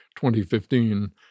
2015